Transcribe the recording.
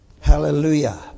Hallelujah